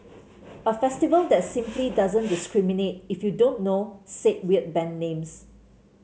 a festival that simply doesn't discriminate if you don't know said weird band names